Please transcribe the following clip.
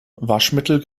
waschmittel